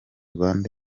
rwanda